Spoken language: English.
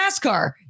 NASCAR